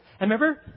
Remember